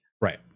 Right